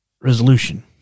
resolution